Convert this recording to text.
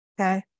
Okay